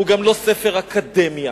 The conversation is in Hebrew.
לא ספר אקדמיה